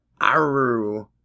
Aru